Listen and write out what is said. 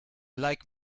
like